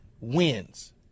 wins